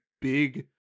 big